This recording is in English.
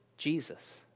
Jesus